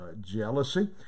jealousy